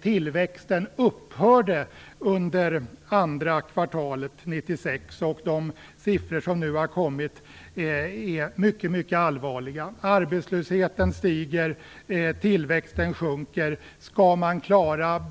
Tillväxten upphörde under andra kvartalet 1996. De siffror som nu har presenterats är mycket allvarliga. Arbetslösheten stiger och tillväxten sjunker. Skall man klara